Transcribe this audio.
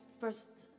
first